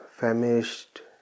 famished